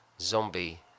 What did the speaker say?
zombie